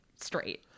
straight